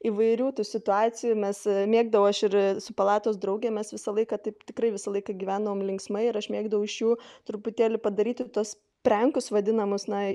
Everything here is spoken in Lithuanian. įvairių tų situacijų mes mėgdavau aš ir su palatos draugėmis visą laiką taip tikrai visą laiką gyvenom linksmai ir aš mėgdavau iš jų truputėlį padaryti tuos prenkus vadinamus na